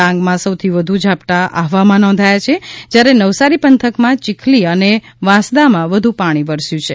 ડાંગમાં સૌથી વધુ ઝાપટાં આહવામાં નોંધાયા છે જ્યારે નવસારી પંથકમાં ચિખલીઅને વાંસદામાં વધુ પાણી વરસ્યું છે